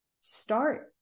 start